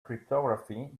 cryptography